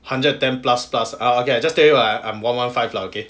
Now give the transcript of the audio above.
hundred ten plus plus ah again I just tell you lah I'm one one five lah okay